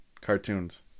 cartoons